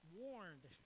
warned